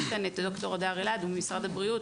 יש פה ד"ר הדר אלעד ממשרד הבריאות,